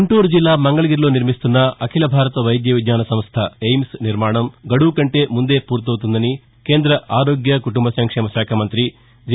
గుంటూరు జిల్లా మంగళగిరిలో నిర్మిస్తున్న అఖిల భారత వైద్య విజ్ఞాన సంస్థ ఎయిమ్స్ ఆసుపత్రి నిర్మాణం గడువు కంటే ముందే పూర్తవుతుందని కేంద్ర ఆరోగ్య కుటుంబ సంక్షేమ శాఖ మంత్రి జె